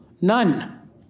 None